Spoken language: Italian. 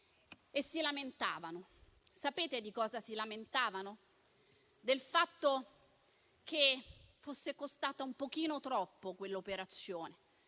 e si lamentavano. Sapete di cosa si lamentavano? Del fatto che fosse costata un pochino troppo quell'operazione.